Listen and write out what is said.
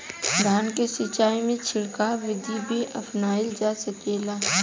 धान के सिचाई में छिड़काव बिधि भी अपनाइल जा सकेला?